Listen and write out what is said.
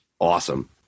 awesome